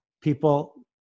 people